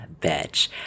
Bitch